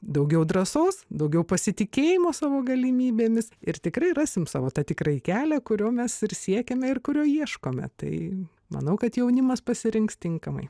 daugiau drąsos daugiau pasitikėjimo savo galimybėmis ir tikrai rasim savo tą tikrąjį kelią kurio mes ir siekiame ir kurio ieškome tai manau kad jaunimas pasirinks tinkamai